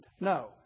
No